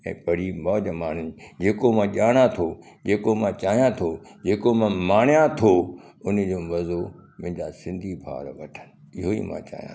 ऐं पढ़ी मौज माणिनि जेको मां ॼाणा थो जेको मां चाहियां थो जेको मां माणियां थो उन जो मज़ो मुंहिंजा सिंधी भाउर वठनि इहो ई मां चाहियां थो